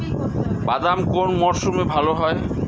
বাদাম কোন মরশুমে ভাল হয়?